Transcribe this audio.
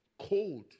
Cold